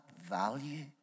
value